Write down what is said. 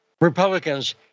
Republicans